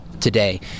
today